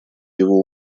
его